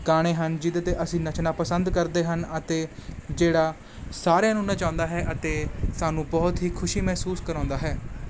ਗਾਣੇ ਹਨ ਜਿਹਦੇ 'ਤੇ ਅਸੀਂ ਨੱਚਣਾ ਪਸੰਦ ਕਰਦੇ ਹਨ ਅਤੇ ਜਿਹੜਾ ਸਾਰਿਆਂ ਨੂੰ ਨਚਾਉਂਦਾ ਹੈ ਅਤੇ ਸਾਨੂੰ ਬਹੁਤ ਹੀ ਖੁਸ਼ੀ ਮਹਿਸੂਸ ਕਰਾਉਂਦਾ ਹੈ